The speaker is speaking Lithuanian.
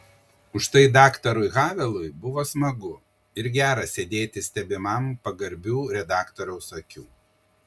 užtai daktarui havelui buvo smagu ir gera sėdėti stebimam pagarbių redaktoriaus akių